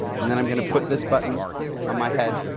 and then i'm going to put this button on my head,